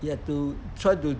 you have to try to